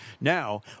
Now